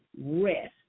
rest